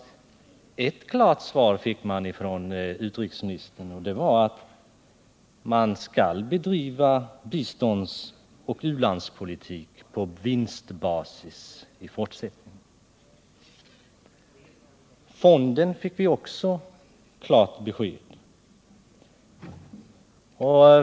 Ett klart svar fick vi från utrikesministern, och det var att man skall bedriva biståndsoch u-landspolitik på vinstbasis i fortsättningen. Fonden fick vi också klart besked om.